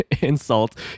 insult